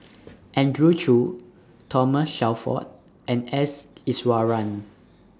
Andrew Chew Thomas Shelford and S Iswaran